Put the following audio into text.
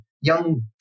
young